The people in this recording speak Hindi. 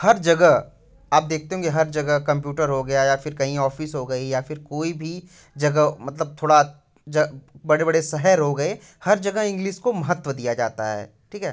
हर जगह आप देखते होंगे हर जगह कंप्यूटर हो गया या फिर कहीं ऑफ़िस हो गई या फिर कोई भी जगह मतलब थोड़ा बड़े बड़े शहर हो गए हर जगह इंग्लिस को महत्त्व दिया जाता है ठीक है